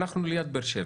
אנחנו ליד באר-שבע.